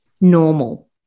normal